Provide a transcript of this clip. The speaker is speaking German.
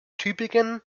tübingen